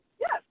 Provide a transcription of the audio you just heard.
Yes